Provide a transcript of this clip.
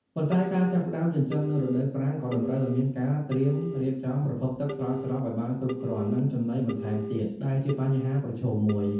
ប៉ុន្តែការចាប់ផ្តើមចិញ្ចឹមនៅរដូវប្រាំងក៏តម្រូវឲ្យមានការត្រៀមរៀបចំប្រភពទឹកស្រោចស្រពឲ្យបានគ្រប់គ្រាន់ និងចំណីបន្ថែមទៀត ដែលជាបញ្ហាប្រឈមមួយ។